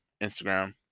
Instagram